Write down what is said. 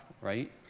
right